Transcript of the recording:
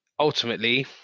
ultimately